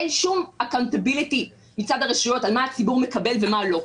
אין שום accountability מצד הרשויות על מה הציבור מקבל ומה לא.